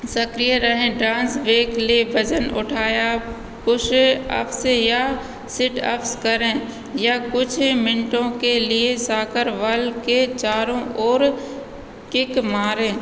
सक्रिय रहें डांस वजन उठाया पुश अप्स या सिटअप्स करें या कुछ मिनटों के लिए साकर बल के चारों और किक मारें